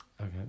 Okay